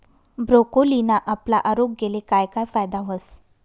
ब्रोकोलीना आपला आरोग्यले काय काय फायदा व्हस